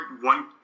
one